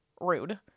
rude